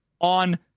on